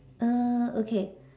uh okay